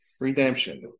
redemption